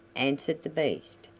answered the beast.